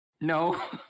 No